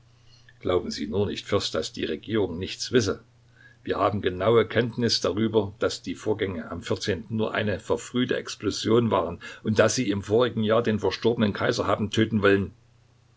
glauben sie nur nicht fürst daß die regierung nichts wisse wir haben genaue kenntnis darüber daß die vorgänge am vierzehnten nur eine verfrühte explosion waren und daß sie im vorigen jahr den verstorbenen kaiser haben töten wollen